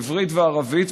עברית וערבית,